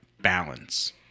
balance